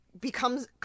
becomes